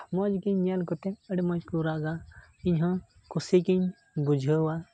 ᱢᱚᱡᱽ ᱜᱤᱧ ᱧᱮᱞ ᱠᱚᱛᱮ ᱟᱹᱰᱤ ᱢᱚᱡᱽ ᱠᱚ ᱨᱟᱜᱟ ᱤᱧᱦᱚᱸ ᱠᱩᱥᱤ ᱜᱤᱧ ᱵᱩᱡᱷᱟᱹᱣᱟ